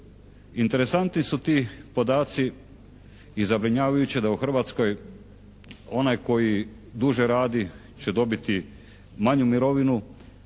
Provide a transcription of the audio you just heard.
Interesantni su ti podaci i zabrinjavajući da u Hrvatskoj onaj koji duže radi će dobiti manju mirovinu